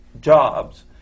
jobs